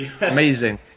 Amazing